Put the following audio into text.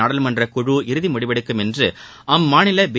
நாடாளுமன்ற குழு இறுதி முடிவெடுக்கும் என்று அம்மாநில பி